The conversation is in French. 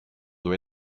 doit